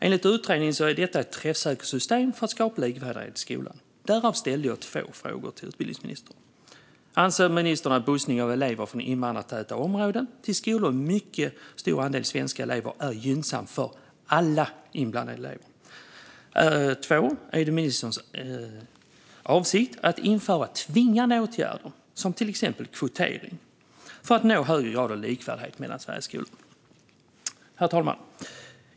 Enligt utredningen är detta ett träffsäkert system för att skapa likvärdighet i skolan. Med anledning av detta ställde jag två frågor till utbildningsministern: Anser ministern att bussning av elever från invandrartäta områden till skolor med mycket stor andel svenska elever är gynnsam för alla inblandade elever? Är det ministerns avsikt att införa tvingande åtgärder, till exempel kvotering, för att nå högre grad av likvärdighet mellan Sveriges skolor?